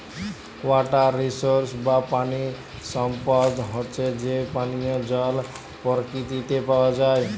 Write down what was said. water resource বা পানি সম্পদ হচ্যে যে পানিয় জল পরকিতিতে পাওয়া যায়